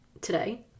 today